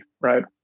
right